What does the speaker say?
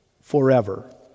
forever